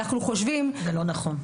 זה לא נכון.